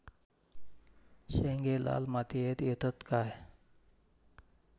शेंगे लाल मातीयेत येतत काय?